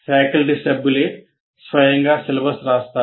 faculty సభ్యులే స్వయంగా syllabus రాస్తారు